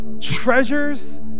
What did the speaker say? treasures